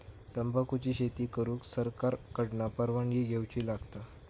तंबाखुची शेती करुक सरकार कडना परवानगी घेवची लागता